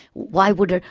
why would.